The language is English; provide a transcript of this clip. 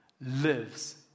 Lives